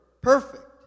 perfect